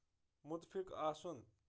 مُتفِق آسُن